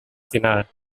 final